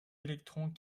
électrons